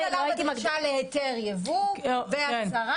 היתר יבוא ואסדרה.